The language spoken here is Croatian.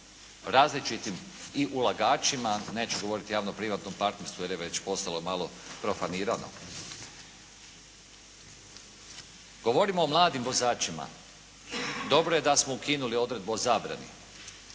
različitim i ulagačima. Neću govoriti o javno-privatnom partnerstvu jer je već postalo malo proklamirano. Govorim o mladim vozačima. Dobro je da smo ukinuli odredbu o zabranu.